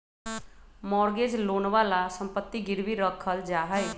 mortgage लोनवा ला सम्पत्ति गिरवी रखल जाहई